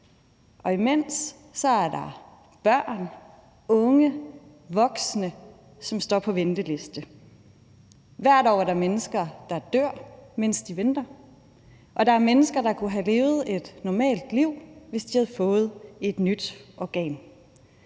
og imens er der børn, unge og voksne, som står på venteliste. Hvert år er der mennesker, der dør, mens de venter, og der er mennesker, der kunne have levet et normalt liv, hvis de havde fået et nyt organ.